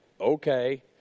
Okay